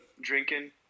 drinking